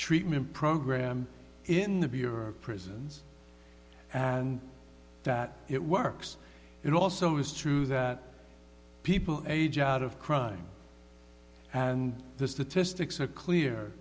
treatment program in the bureau of prisons and that it works it also is true that people age out of crime and the statistics are clear